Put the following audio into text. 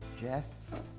Jess